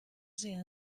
sehr